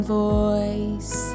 voice